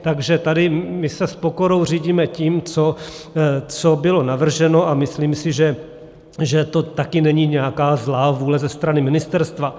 Takže tady my se s pokorou řídíme tím, co bylo navrženo, a myslím si, že to taky není nějaká zlá vůle ze strany ministerstva.